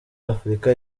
afurika